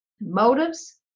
motives